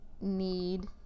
need